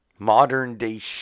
Modern-day